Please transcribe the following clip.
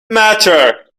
matter